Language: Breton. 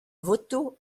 votoù